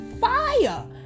fire